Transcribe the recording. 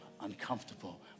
uncomfortable